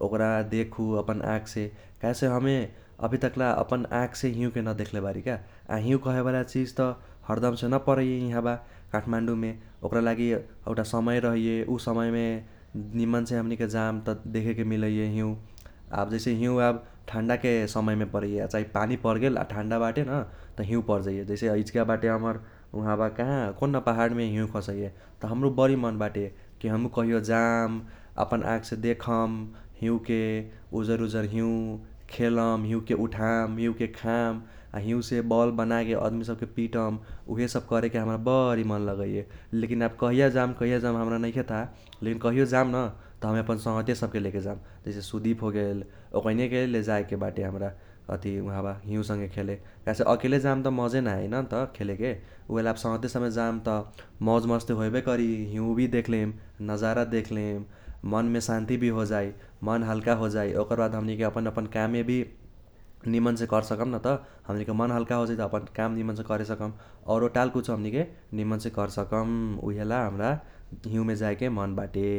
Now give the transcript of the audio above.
ओकरा देखू अपन आँखसे काहेसे हमे अभी तक्ला अपन आँखसे हिउँके न देख्ले बारी का। आ हिउँ कहेवाला चिज त हरदमसे न परैये इहाबा काठमाडुमे । ओकरा लागि एउटा समय रहैये उ समयमे निमनसे हमनीके जाम त देखेके मिलैये हिउँ, आब जैसे हिउँ आब ठण्डाके समयमे परैये चाही पानी पर्गेल आ ठण्डा बाटे न त हिउँ पर जाइये जैसे इजगा बाटे हमर उहाबा काहा कौन न पाहारमे हिउँ खासैये। त हमरो बरी मन बाटे कि हमहू कहियो जाम अपन आँखसे देखम हिउँके उजर उजर हिउँ, खेलम, हिउँके उठाम, हिउँके खाम आ हिउँसे बल बनाके अदमी सबके पिटम उहेसब हमरा करेके बरी मन लगैये । लेकिन आब कहिया जाम कहिया जाम हमरा नैखे थाह लेकिन कहियो जाम न त हमे अपन संगहतिया सबके लेके जाम जैसे सुदीप होगेल ओकैनियेके लेजाएके बाटे हमरा अथि उहाबा हिउँ संगे खेले। काहेसे अकेले जाम त मजे न आइ नत खेलेके उहेला आब संगहतिया संगे जाम त मौज मस्ती होएबे करी हिउँ भी देख्लेम, नाजारा देख्लेम मनमे सन्ति भी होजाइ मन हल्का होजाइ ओकर बाद हमनीके अपन अपन कममे भी नीमनसे कर सकम नत। हमनीके मन हल्का होजाइ त अपन काम निमनसे करे सकम । औरो टाल कुछो हमनीके निमनसे कर सकम उहेला हमरा हिउँमे जाइके मन बाटे।